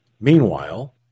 Meanwhile